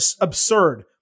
absurd